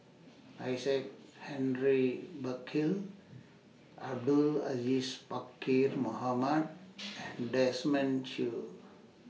Isaac Henry Burkill Abdul Aziz Pakkeer Mohamed and Desmond Choo